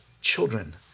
children